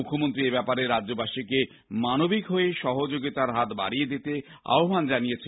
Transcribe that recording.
মুখ্যমন্ত্রী এব্যাপারে রাজ্যবাসীকে মানবিক হয়ে সহযোগিতার হাত বাড়িয়ে দিতে আহ্বান জানিয়েছেন